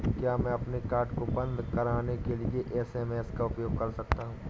क्या मैं अपने कार्ड को बंद कराने के लिए एस.एम.एस का उपयोग कर सकता हूँ?